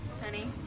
honey